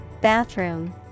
Bathroom